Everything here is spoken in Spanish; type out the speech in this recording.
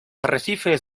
arrecifes